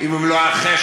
מה עם הטילים והמנהרות?